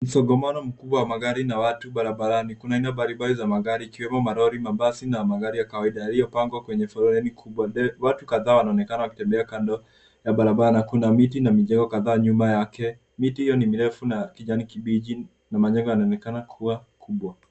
Msongamano mkubwa wa magari na watu barabarani, kuna aina mbalimbali za magari ikiwemo malori, mabasi na magari ya kawaida, yaliyopangwa kwenye foleni kubwa. Watu kadhaa wanaonekana wakitembea kando ya barabara. Kuna miti na mijengo kadhaa nyuma yake. Miti hiyo ni mirefu na kijani kibichi na magari yanaonekana kuwa kubwa.